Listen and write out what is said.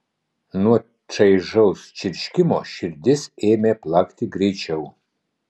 nuo čaižaus čirškimo širdis ėmė plakti greičiau